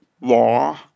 law